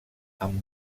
amb